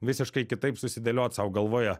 visiškai kitaip susidėliot sau galvoje